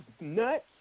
nuts